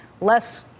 less